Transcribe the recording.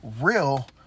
real